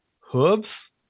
hooves